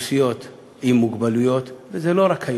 לאוכלוסיות עם מוגבלויות, וזה לא רק היום,